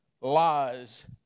lies